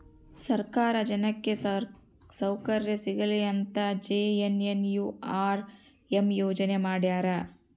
ಸರ್ಕಾರ ಜನಕ್ಕೆ ಸೌಕರ್ಯ ಸಿಗಲಿ ಅಂತ ಜೆ.ಎನ್.ಎನ್.ಯು.ಆರ್.ಎಂ ಯೋಜನೆ ಮಾಡ್ಯಾರ